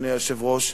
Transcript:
אדוני היושב-ראש,